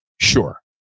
Sure